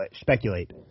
speculate